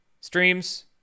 Streams